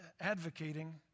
advocating